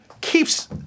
keeps